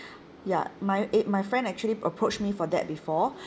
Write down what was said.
ya my eh my friend actually approached me for that before